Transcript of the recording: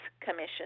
commission